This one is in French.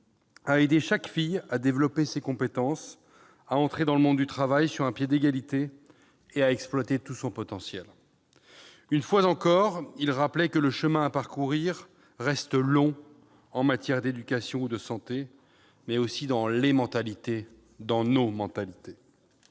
à aider chaque fille à développer ses compétences, à entrer dans le monde du travail sur un pied d'égalité et à exploiter tout son potentiel. » Une fois encore, il rappelait que le chemin à parcourir reste long en matière d'éducation ou de santé, mais aussi dans les mentalités, y compris